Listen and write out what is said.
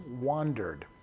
wandered